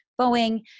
Boeing